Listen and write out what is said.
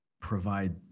provide